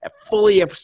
fully